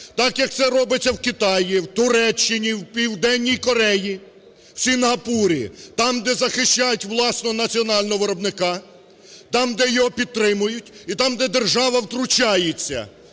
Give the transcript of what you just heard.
так, як це робиться в Китаї, в Туреччині, у Південній Кореї, Сінгапурі, там, де захищають власного національного виробника, там, де його підтримують і там, де держава втручається